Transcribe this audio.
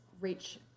reach